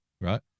right